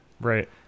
Right